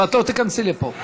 ואת לא תיכנסי לפה.